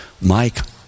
Mike